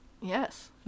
Yes